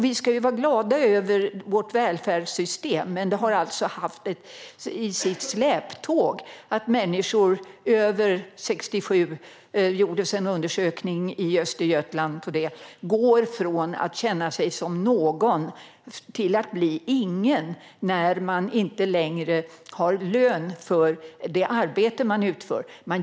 Vi ska vara glada över vårt välfärdssystem, men i dess släptåg går människor över 67 från att känna sig som någon till att bli ingen när de inte längre har lön för det arbete de utför. Det gjordes en undersökning om detta i Östergötland.